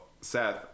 Seth